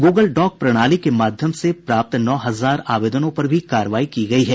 Google doc प्रणाली के माध्यम से प्राप्त नौ हजार आवेदनों पर भी कार्रवाई की गयी है